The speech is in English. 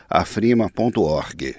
afrima.org